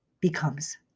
becomes